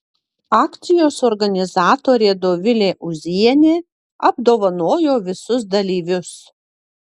akcijos organizatorė dovilė ūzienė apdovanojo visus dalyvius